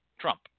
Trump